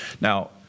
Now